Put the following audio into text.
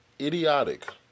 idiotic